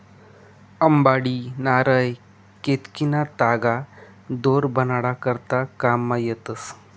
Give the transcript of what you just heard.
अंबाडी, नारय, केतकीना तागा दोर बनाडा करता काममा येतस